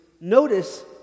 notice